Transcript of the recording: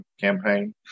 campaign